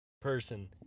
person